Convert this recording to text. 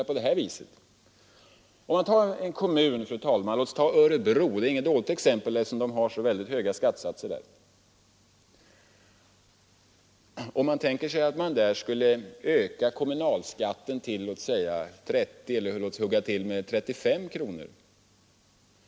Låt oss tänka oss att en kommun som Örebro — det är inget dåligt exempel, eftersom Örebro har väldigt hög skattesatser — skulle öka skattesatsen till 35 kronor.